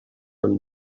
from